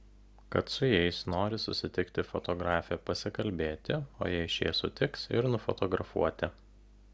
kad su jais nori susitikti fotografė pasikalbėti o jei šie sutiks ir nufotografuoti